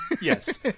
yes